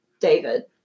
David